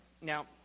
Now